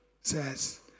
says